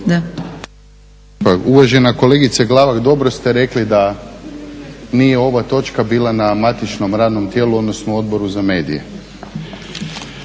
Uvažena kolegice Glavak, dobro ste rekli da nije ova točka bila na matičnom radnom tijelu, odnosno Odboru za medije.